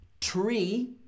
Tree